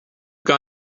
got